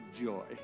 joy